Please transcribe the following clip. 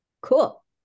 Cool